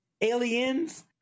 aliens